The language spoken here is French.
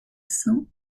cents